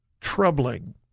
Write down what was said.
troubling